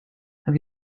have